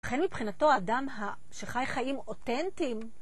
ובכן מבחינתו האדם שחי חיים אותנטיים